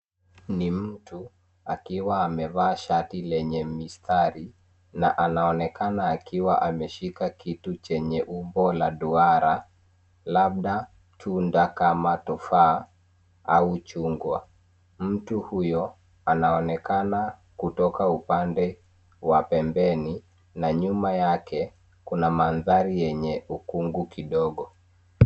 Ni mtu akiwa amevaa shati lenye mistari na anaonekana akiwa ameshika kitu chenye umbo la duara labda tunda kama tofaa au chungwa. Mtu huyo anaonekana kutoka upande wa pembeni na nyuma yake kuna mandhari yenye ukungu kidogo.